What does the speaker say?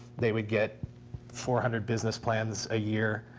they would get four hundred business plans a year.